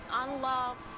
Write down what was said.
unloved